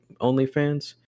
OnlyFans